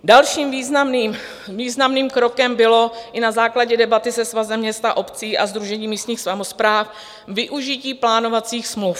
Dalším významným krokem bylo i na základě debaty se Svazem měst a obcí a Sdružením místních samospráv využití plánovacích smluv.